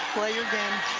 play your game.